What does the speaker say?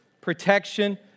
protection